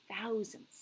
thousands